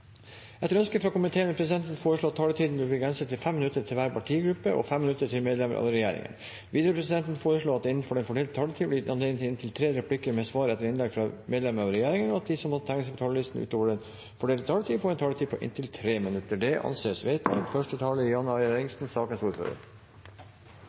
Etter ønske fra justiskomiteen vil presidenten foreslå at taletiden blir begrenset til 5 minutter til hver partigruppe og 5 minutter til medlemmer av regjeringen. Videre vil presidenten foreslå at det innenfor den fordelte taletid blir gitt anledning til inntil tre replikker med svar etter innlegg fra medlemmer av regjeringen, og at de som måtte tegne seg på talerlisten utover den fordelte taletid, får en taletid på inntil 3 minutter. – Det anses vedtatt. Jeg har hatt gleden av å være saksordfører i forberedelsen av denne innstillingen. Utgangspunktet er